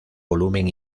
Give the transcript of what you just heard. volumen